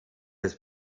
his